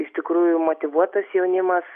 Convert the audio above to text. iš tikrųjų motyvuotas jaunimas